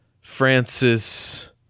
Francis